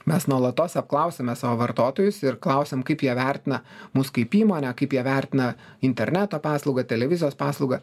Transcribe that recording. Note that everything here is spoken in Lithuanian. mes nuolatos apklausėme savo vartotojus ir klausėm kaip jie vertina mūsų kaip įmonę kaip jie vertina interneto paslaugą televizijos paslaugą